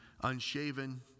unshaven